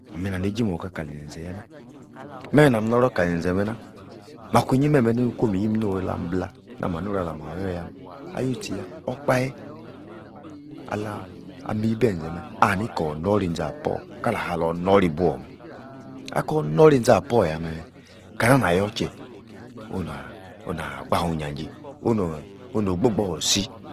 ami-naneiji-morka kali-zenzen yah-nah, meh-nami-noror kali-mi-zen-zen meh-nah, makwuinyi meh-meh neini-kwo'm iyim nolamblah, nah-mah nu-oru-alamah-yor-yah-meh ah-you-tchi-yah okpahe-alami-ibenze-meh, ani-kor noror inzapor kalasalor nori-ibuor-meh, akor-nori-inzapor yah-meh kana-nah yah-chie ona'h-onah-gbayu-injajei? oneh-ono-gbo-gbor-isi?